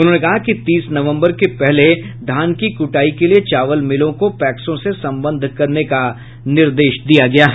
उन्होंने कहा कि तीस नवम्बर के पहले धान की कुटाई के लिए चावल मिलों को पैक्सों से सम्बद्ध करने का निर्देश दिया गया है